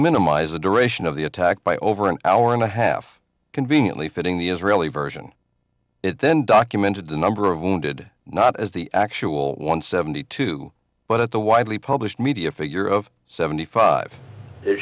minimize the duration of the attack by over an hour and a half conveniently fitting the israeli version it then documented the number of wounded not as the actual one seventy two but at the widely published media figure of seventy five it